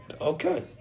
Okay